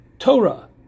Torah